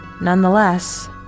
Nonetheless